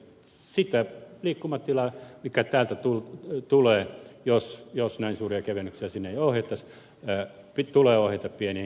sitä liikkumatilaa mikä täältä tulee jos näin suuria kevennyksiä sinne ei ohjattaisi tulee ohjata pieni ja keskituloisille